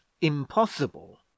impossible